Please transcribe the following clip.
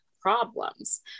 problems